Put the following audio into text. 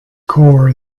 core